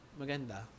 maganda